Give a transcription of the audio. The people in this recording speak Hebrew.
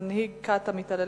מנהיג כת המתעללים,